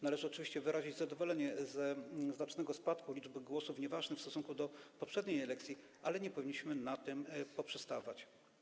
Należy oczywiście wyrazić zadowolenie ze znacznego spadku liczby głosów nieważnych w stosunku do poprzedniej elekcji, ale nie powinniśmy na tym poprzestawać.